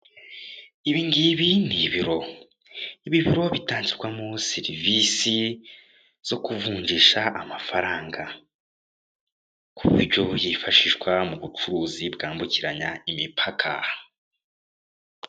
Ibi ngibi ni ibiro. Ibi bibiro bitangirwamo serivisi zo kuvunjisha amafaranga, ku buryo yifashishwa mu bucuruzi bwambukiranya imipaka.